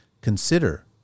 consider